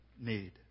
need